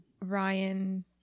Ryan